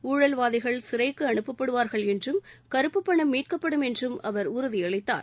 ஊழல்வாதிகள் சிறைக்கு அனுப்பப்படுவார்கள் என்றும் கருப்புப்பணம் மீட்கப்படும் என்றும் அவர் உறுதியளித்தார்